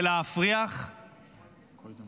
קודם